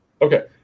Okay